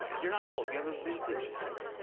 you're not old. you have a vintage face